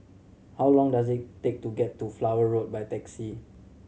how long does it take to get to Flower Road by taxi